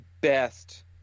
best